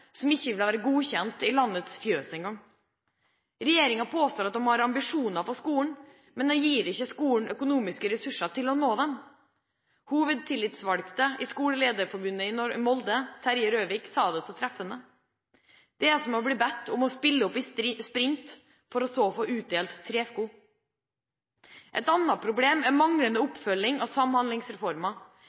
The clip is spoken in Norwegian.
ikke blitt godkjent i landets fjøs engang. Regjeringen påstår at den har ambisjoner for skolen, men gir ikke skolen økonomiske ressurser til å nå dem. Hovedtillitsvalgte i skolelederforbundet i Molde, Terje Røvik, sa det så treffende: «Det er som å bli bedt om å stille opp i sprint og så få utdelt tresko». Et annet problem er manglende oppfølging av Samhandlingsreformen.